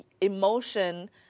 emotion